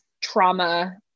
trauma